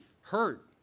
hurt